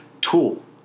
tool